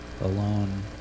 alone